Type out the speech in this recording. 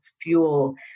fuel